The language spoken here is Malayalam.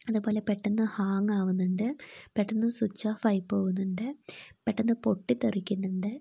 അതുപോലെ പെട്ടെന്ന് ഹാങ്ങാവുന്നുണ്ട് പെട്ടെന്ന് സ്വിച്ച് ഓഫ് ആയി പോവുന്നുണ്ട് പെട്ടെന്ന് പൊട്ടിത്തെറിക്കുന്നുണ്ട്